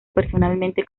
personalmente